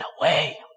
away